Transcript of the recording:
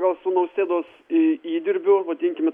gal su nausėdos į įdirbiu vadinkime